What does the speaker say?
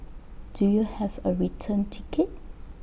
do you have A return ticket